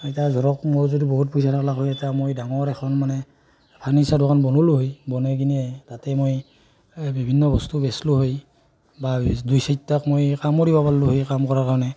এতিয়া যদি ধৰক মোৰ যদি বহুত পইচা থাকিল হয় এতিয়া মই ডাঙৰ এখন মানে ফাৰ্ণিচাৰ দোকান বনালোঁ হয় বনাই কিনে তাতে মই বিভিন্ন বস্তু বেচিলোঁ হয় বা দুই চাৰিটাক মই কামো দিব পাৰিলোঁ হয় কাম কৰাৰ কাৰণে